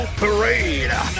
parade